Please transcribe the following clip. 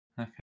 okay